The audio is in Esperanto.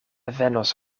venos